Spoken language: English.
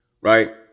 Right